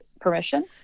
permission